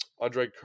Andre